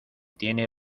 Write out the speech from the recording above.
tiene